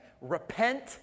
Repent